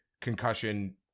concussion